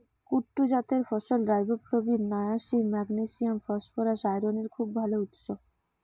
কুট্টু জাতের ফসল riboflavin, niacin, magnesium, phosphorus, আয়রনের খুব ভাল উৎস